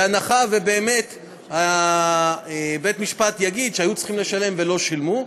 בהנחה שבאמת בית-המשפט יגיד שהיו צריכים לשלם ולא שילמו,